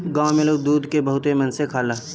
गाँव में लोग दूध के बहुते मन से खाला